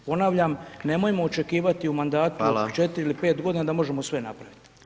Ponavljam, nemojmo očekivati u mandatu [[Upadica predsjednik: Hvala.]] od 4 ili 5 godina da možemo sve napraviti.